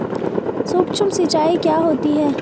सुक्ष्म सिंचाई क्या होती है?